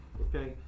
Okay